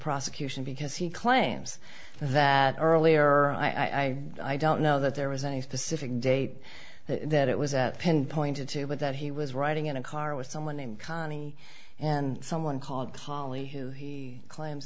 prosecution because he claims that earlier i i don't know that there was any specific date that it was that pinpointed to but that he was riding in a car with someone named conny and someone called holly who he claims